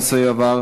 הנושא יועבר